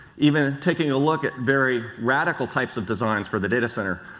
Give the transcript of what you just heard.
even taking a look at very radical types of designs for the data center.